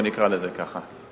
בוא נקרא לזה ככה.